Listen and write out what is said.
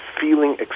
feeling